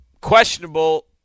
questionable